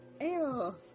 Ew